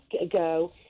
ago